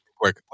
quick